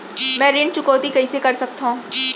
मैं ऋण चुकौती कइसे कर सकथव?